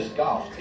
golf